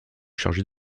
chargée